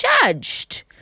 judged